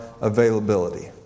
availability